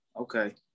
okay